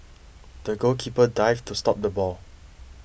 the goalkeeper dived to stop the ball